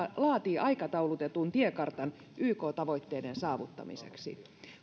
laatii aikataulutetun tiekartan yk tavoitteiden saavuttamiseksi